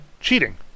cheating